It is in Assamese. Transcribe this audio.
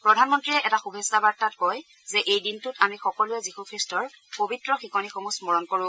প্ৰধানমন্তীয়ে এটা শুভেচ্ছা বাৰ্তাত কয় যে এই দিনটোত আমি সকলোৱে যীশু খ্ৰীষ্টৰ পবিত্ৰ শিকনিসমূহ স্মৰণ কৰো